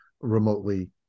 remotely